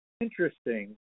interesting